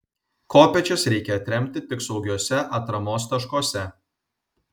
kopėčias reikia atremti tik saugiuose atramos taškuose